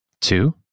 Two